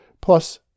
plus